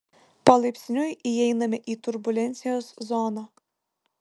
palaipsniui įeiname į turbulencijos zoną